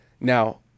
Now